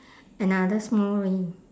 another small ring